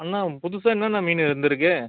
அண்ணா புதுசாக என்னண்ணா மீன் வந்துருக்குது